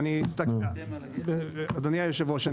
אדוני היושב-ראש,